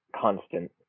constant